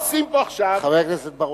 חבר הכנסת בר-און,